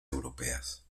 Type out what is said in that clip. europeas